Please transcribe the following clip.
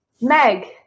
Meg